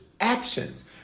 actions